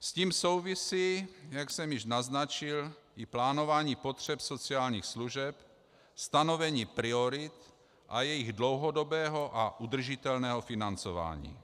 S tím souvisí, jak jsem již naznačil, i plánování potřeb sociálních služeb, stanovení priorit a jejich dlouhodobého a udržitelného financování.